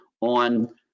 on